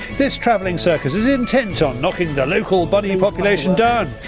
this travelling circus is intent on knocking the local bunny and population down.